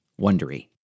wondery